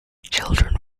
children